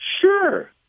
sure